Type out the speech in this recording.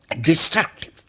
destructive